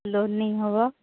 loan ନେଇ ହେବ